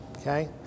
Okay